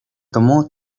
tomó